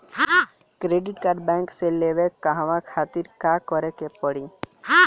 Credit card bank से लेवे कहवा खातिर का करे के पड़ी?